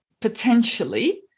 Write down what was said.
potentially